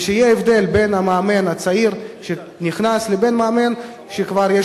ושיהיה הבדל בין המאמן הצעיר שנכנס לבין מאמן שכבר יש